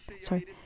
sorry